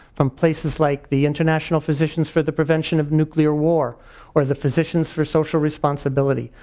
from places like the international physicians for the prevention of nuclear war or the physicians for social responsibility.